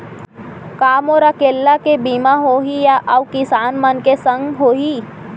का मोर अकेल्ला के बीमा होही या अऊ किसान मन के संग होही?